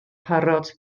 parot